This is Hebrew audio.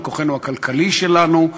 על כוחנו הכלכלי שלנו,